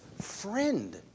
friend